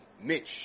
Mitch